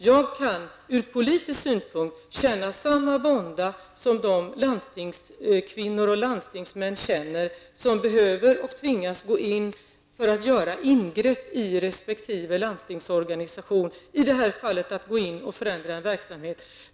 Jag kan ur politisk synpunkt känna samma vånda som de landstingskvinnor och landstingsmän som tvingas att göra ingrepp i landstingsorganisation, i detta fall för att förändra en verksamhet.